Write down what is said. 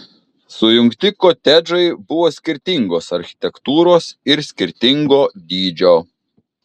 sujungti kotedžai buvo skirtingos architektūros ir skirtingo dydžio